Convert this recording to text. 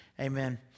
Amen